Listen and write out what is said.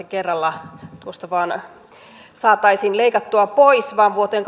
kerralla tuosta vain saataisiin leikattua pois vaan vuoteen